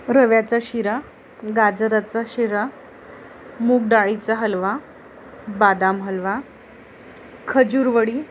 रव्याचा शिरा गाजराचा शिरा मूगडाळीचा हलवा बदाम हलवा खजूरवडी